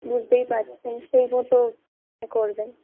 বুঝতেই পারছেন সেই মতো করবেন